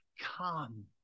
Come